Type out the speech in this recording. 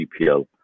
GPL